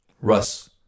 Russ